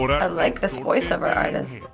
but i like this voice-over artist.